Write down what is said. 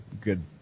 good